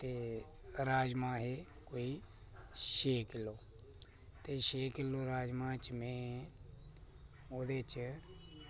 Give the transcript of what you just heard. ते राजमां हे कोई छे किलो ते छे किलो राजमां च में ओह्दे च